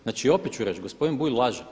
Znači opet ću reći gospodin Bulj laže.